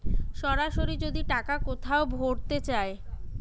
সরাসরি যদি টাকা কোথাও ভোরতে চায়